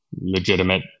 legitimate